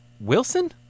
Wilson